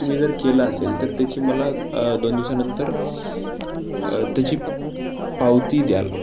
तुम्ही जर केलं असेल तर त्याची मला दोन दिवसानंतर त्याची पावती द्याल